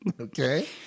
Okay